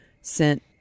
sent